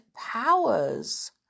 powers